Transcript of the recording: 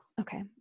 Okay